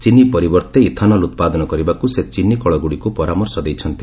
ଚିନି ପରିବର୍ତ୍ତେ ଇଥାନଲ୍ ଉତ୍ପାଦନ କରିବାକୁ ସେ ଚିନିକଳଗୁଡ଼ିକୁ ପରାମର୍ଶ ଦେଇଛନ୍ତି